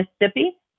Mississippi